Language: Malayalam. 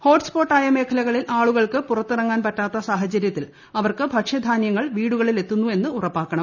ഹോട്ട്സ്പോട്ട് ആയ മേഖലകളിൾ ആളുകൾക്ക് ്പുറത്തിറങ്ങാൻ പറ്റാത്ത സാഹചര്യത്തിൽ അവർക്ക് ഭക്ഷ്യധാന്യങ്ങൾ വീടുകളിൽ എത്തുന്നുവെന്ന് ഉറപ്പാക്കണം